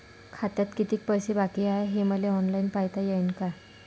खात्यात कितीक पैसे बाकी हाय हे मले ऑनलाईन पायता येईन का?